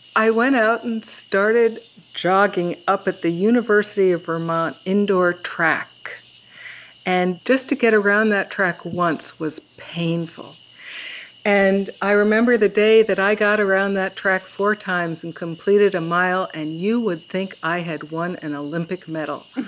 i went out and started jogging up at the university of vermont indoor track and just to get around that track once was painful and i remember the day that i got around that track four times and completed a mile and you would think i had won an olympic medal.